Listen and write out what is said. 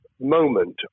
moment